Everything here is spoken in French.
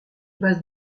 base